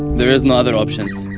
there is no other options